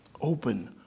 open